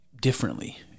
differently